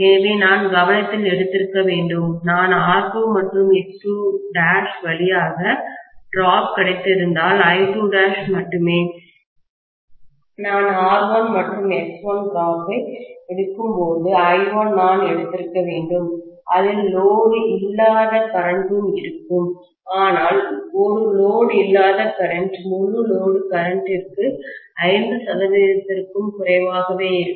எனவேநான் கவனத்தில் எடுத்திருக்க வேண்டும் நான் R2 மற்றும் X2' வழியாக டிராப்வீழ்ச்சி கிடைத்திருந்தால் I2' மட்டுமே நான் R1 மற்றும் X1 டிராப்வீழ்ச்சியை எடுக்கும்போது I1 நான்எடுத்திருக்க வேண்டும் அதில் லோடு இல்லாத கரண்டும் இருக்கும் ஆனால் ஒரு லோடு இல்லாத கரண்ட் முழு லோடு கரண்டிருக்கு 5 சதவீதத்திற்கும் குறைவாகவே இருக்கும்